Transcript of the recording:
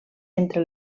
entre